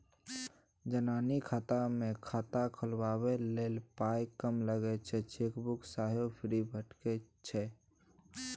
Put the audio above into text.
जनानी खाता मे खाता खोलबाबै लेल पाइ कम लगै छै चेकबुक सेहो फ्री भेटय छै